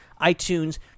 iTunes